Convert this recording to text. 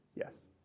Yes